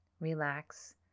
relax